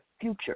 future